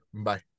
Bye